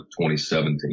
2017